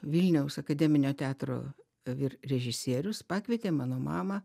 vilniaus akademinio teatro vyr režisierius pakvietė mano mamą